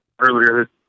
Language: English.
earlier